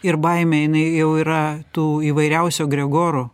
ir baimė jinai jau yra tų įvairiausių egregorų